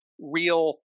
real